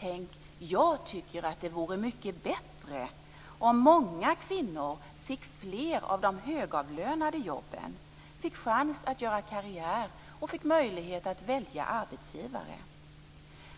Tänk, jag tycker att det vore mycket bättre om många kvinnor fick fler av de högavlönade jobben, fick chans att göra karriär och fick möjlighet att välja arbetsgivare.